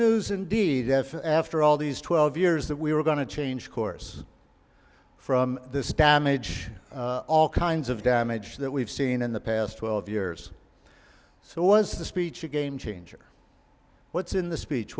if after all these twelve years that we were going to change course from this damage all kinds of damage that we've seen in the past twelve years so was the speech a game changer what's in the speech